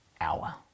hour